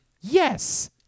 yes